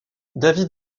david